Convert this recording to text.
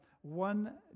one